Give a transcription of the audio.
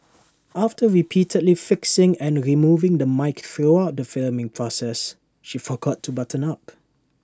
after repeatedly fixing and removing the mic throughout the filming process she forgot to button up